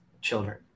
children